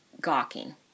gawking